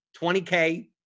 20K